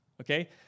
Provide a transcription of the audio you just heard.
okay